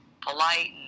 polite